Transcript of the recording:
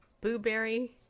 Blueberry